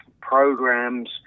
programs